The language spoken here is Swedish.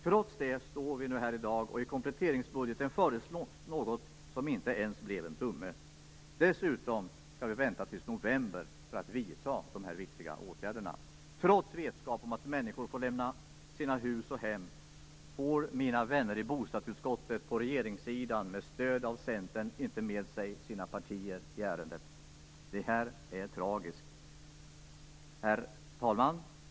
Trots det står vi nu här i dag med ett förslag i kompletteringspropositionen som inte ens blev en tumme. Dessutom skall vi vänta till november på ett vidtagande av de här viktiga åtgärderna. Trots vetskapen om att människor får lämna hus och hem får mina vänner i bostadsutskottet, på regeringssidan med stöd av Centern, inte med sig sina partier i ärendet. Detta är tragiskt! Herr talman!